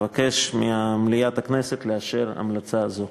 אבקש ממליאת הכנסת לאשר המלצה זו.